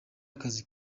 akazi